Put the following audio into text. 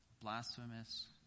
blasphemous